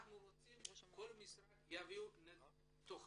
אנחנו רוצים שכל משרד יביא תכנית